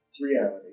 reality